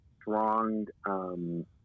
strong